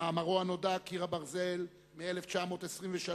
במאמרו הנודע, "על קיר הברזל", מ-1923,